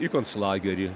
į konclagerį